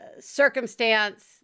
circumstance